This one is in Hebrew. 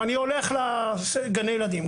אני הולך לגני הילדים.